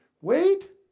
Wait